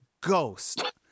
ghost